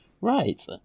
right